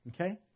Okay